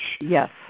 Yes